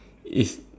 it's